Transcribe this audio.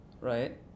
Right